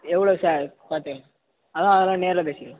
எவ்வளோ சார் பார்த்து அதான் அதலாம் நேரில் பேசிக்கலாம்